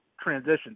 transition